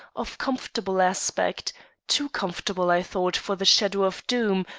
of comfortable aspect too comfortable, i thought, for the shadow of doom,